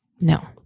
No